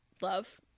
love